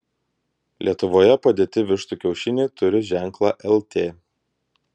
lietuvoje padėti vištų kiaušiniai turi ženklą lt